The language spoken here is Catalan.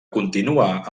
continuar